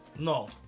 No